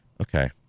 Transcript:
Okay